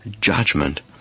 judgment